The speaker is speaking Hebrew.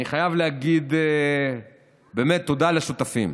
אני חייב להגיד באמת תודה לשותפים: